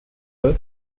her